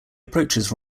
approaches